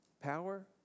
power